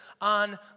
on